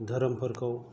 धोरोमफोरखौ